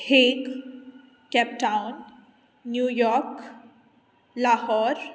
heck Cape Town New York Lahore